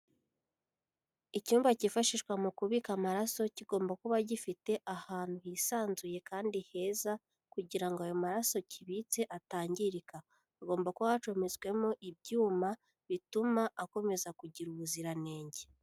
Icyumba cyifashishwa mu kubika amaraso, kigomba kuba gifite ahantu hisanzuye, kandi heza kugira ayo maraso kibitse atangirika, haagomba kuba hacometswemo ibyuma bituma akomeza kugira ubuziranenge.